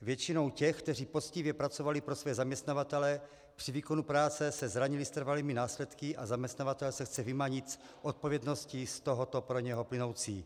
Většinou těch, kteří poctivě pracovali pro své zaměstnavatele, při výkonu práce se zranili s trvalými následky a zaměstnavatel se chce vymanit z odpovědnosti z tohoto pro něj plynoucí.